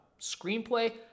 screenplay